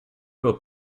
will